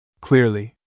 Clearly